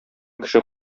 кеше